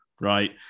right